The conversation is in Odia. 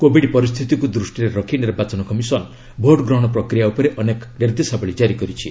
କୋବିଡ୍ ପରିସ୍ଥିତିକୁ ଦୃଷ୍ଟିରେ ରଖି ନିର୍ବାଚନ କମିଶନ୍ ଭୋଟ୍ ଗ୍ରହଣ ପ୍ରକ୍ରିୟା ଉପରେ ଅନେକ ନିର୍ଦ୍ଦେଶାବଳୀ ଜାରି କରିଛି